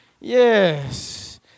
Yes